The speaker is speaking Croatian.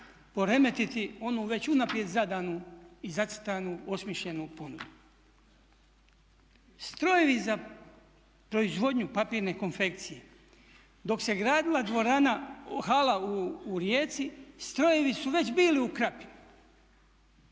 poremetiti onu već unaprijed zadanu i zacrtanu, osmišljenu ponudu. Strojevi za proizvodnju papirne konfekcije dok se gradila hala u Rijeci strojevi su već bili u Krapini.